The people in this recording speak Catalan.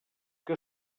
que